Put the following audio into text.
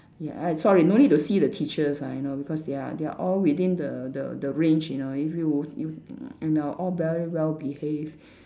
ya I sorry no need to see the teachers ah you know because they are they are all within the the the range you know if you you you know all very well behaved